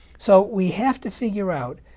so we have to figure out